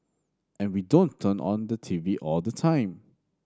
and we don't turn on the TV all the time